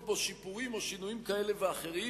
בו שיפורים או שינויים כאלה או אחרים,